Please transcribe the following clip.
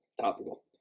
Topical